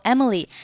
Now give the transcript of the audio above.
Emily